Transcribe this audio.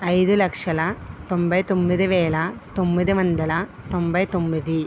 ఐదు లక్షల తొంభై తొమ్మిది వేల తొమ్మిది వందల తొంభై తొమ్మిది